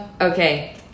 Okay